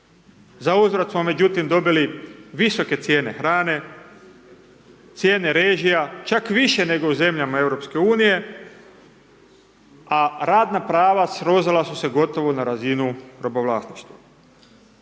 Za uzvrat smo međutim dobili visoke cijene hrane, cijene režija čak više nego u zemljama Europske unije, a radna prava srozala su se gotovo na razinu robovlasništva.